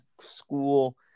School